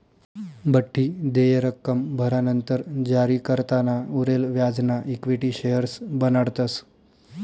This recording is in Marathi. बठ्ठी देय रक्कम भरानंतर जारीकर्ताना उरेल व्याजना इक्विटी शेअर्स बनाडतस